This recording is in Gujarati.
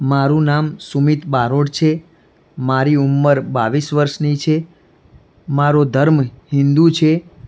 મારું નામ સુમિત બારોટ છે મારી ઉંમર બાવીસ વર્ષની છે મારો ધર્મ હિંદુ છે